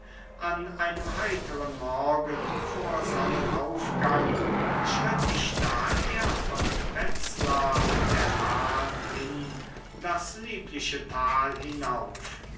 an einem heiteren morgen vor sonnenaufgang schritt ich daher von wetzlar an der lahn hin das liebliche tal hinauf